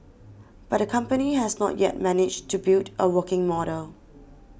but the company has not yet managed to build a working model